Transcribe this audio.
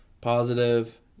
positive